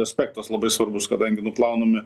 aspektas labai svarbus kadangi nuplaunami